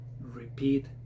repeat